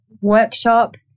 workshop